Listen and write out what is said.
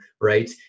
right